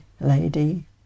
lady